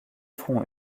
front